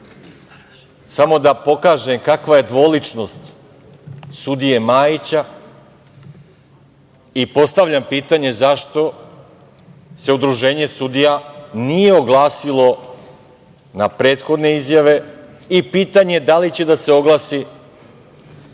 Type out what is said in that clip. da pokažem kakva je dvoličnost sudije Majića i postavljam pitanje - zašto se udruženje sudija nije oglasilo na prethodne izjave i pitanje - da li će da se oglasi